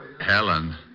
Helen